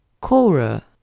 Cora